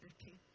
Okay